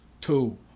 Two